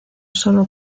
sólo